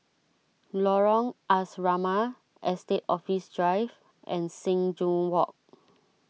Lorong Asrama Estate Office Drive and Sing Joo Walk